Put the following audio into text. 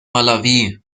malawi